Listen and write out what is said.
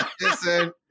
Listen